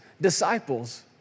disciples